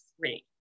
three